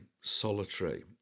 solitary